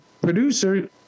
producer